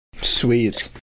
Sweet